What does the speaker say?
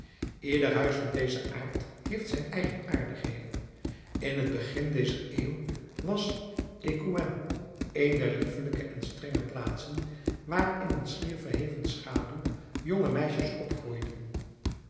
ieder huis van dezen aard heeft zijn eigenaardigheden in het begin dezer eeuw was ecouen een dier liefelijke en strenge plaatsen waar in een schier verheven schaduw jonge meisjes opgroeiden